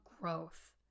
growth